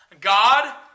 God